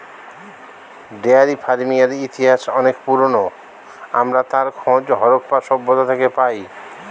dairy ফার্মিংয়ের ইতিহাস অনেক পুরোনো, আমরা তার খোঁজ হারাপ্পা সভ্যতা থেকে পাই